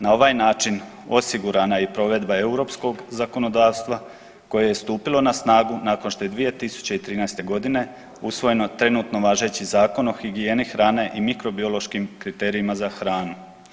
Na ovaj način osigurana je i provedba europskog zakonodavstva koje je stupilo na snagu nakon što je 2013. godine usvojen trenutno važeći Zakon o higijeni hrane i mikrobiološkim kriterijima za hranu.